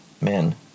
men